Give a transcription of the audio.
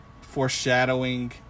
foreshadowing